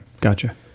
Gotcha